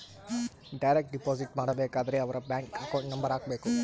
direct deposit ಮಾಡಬೇಕಾದರೆ ಅವರ್ bank account number ಹಾಕ್ಬೆಕು